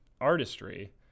artistry